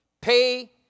pay